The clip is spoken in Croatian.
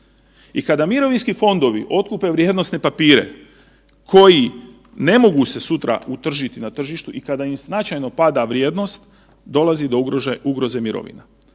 I kada mirovinski fondovi otkupe vrijednosne papire koji ne mogu se sutra utržiti na tržištu i kada im značajno pada vrijednost, dolazi do ugroze mirovina